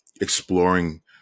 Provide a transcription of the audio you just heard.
exploring